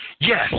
Yes